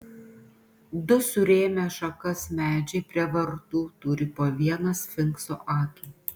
du surėmę šakas medžiai prie vartų turi po vieną sfinkso akį